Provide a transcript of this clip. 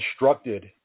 instructed